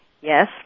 Yes